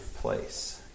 place